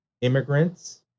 immigrants